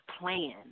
plan